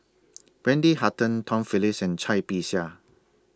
Wendy Hutton Tom Phillips and Cai Bixia